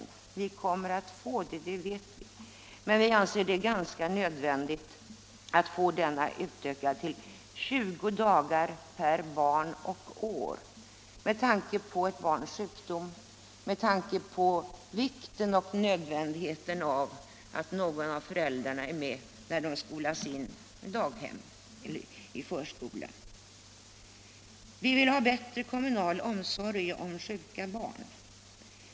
Vi vet att vi delvis kommer att få det, men jag anser det vara nödvädigt att få den ökad till 20 dagar per barn och år med tanke på barnens sjukdomar och vikten och nödvändigheten av att någon av föräldrarna är med när barnen slussas in i daghem eller i förskola. Vi vill också ha bättre kommunal omsorg om sjuka barn.